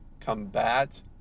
combat